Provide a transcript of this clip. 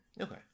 Okay